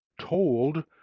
told